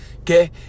okay